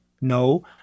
No